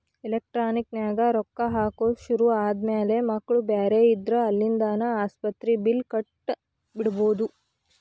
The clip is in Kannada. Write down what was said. ಎಲೆಕ್ಟ್ರಾನಿಕ್ ನ್ಯಾಗ ರೊಕ್ಕಾ ಹಾಕೊದ್ ಶುರು ಆದ್ಮ್ಯಾಲೆ ಮಕ್ಳು ಬ್ಯಾರೆ ಇದ್ರ ಅಲ್ಲಿಂದಾನ ಆಸ್ಪತ್ರಿ ಬಿಲ್ಲ್ ಕಟ ಬಿಡ್ಬೊದ್